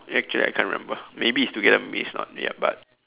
actually I can't remember maybe it's together maybe it's not ya but